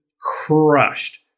crushed